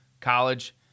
college